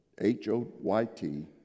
H-O-Y-T